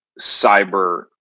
cyber